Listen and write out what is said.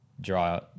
draw